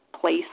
place